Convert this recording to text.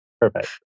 Perfect